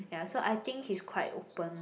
ya so I think he's quite open